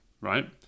right